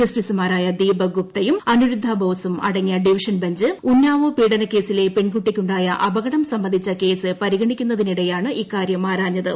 ജസ്റ്റിസുമാരായ ദീപക് ഗുപ്തയും അനിരുദ്ധ ബോസും അടങ്ങിയ ഡിവിഷൻ ബെഞ്ച് ഉന്നാവോ പീഡനക്കേസിലെ പെൺകുട്ടിക്കുണ്ടായ അപകടം സംബന്ധിച്ച കേസ് പരിഗണിക്കുന്നതിനിടെയാണ് ഇക്കാരൃം ആരാഞ്ഞത്